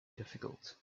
difficult